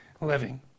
living